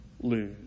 lose